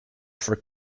for